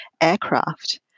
aircraft